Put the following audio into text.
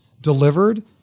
delivered